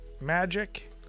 magic